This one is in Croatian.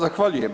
Zahvaljujem.